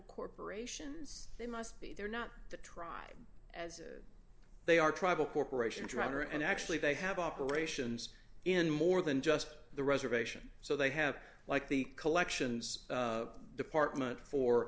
corporations they must be there not to try as they are tribal corporation dragger and actually they have operations in more than just the reservation so they have like the collections department for